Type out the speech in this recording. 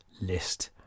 list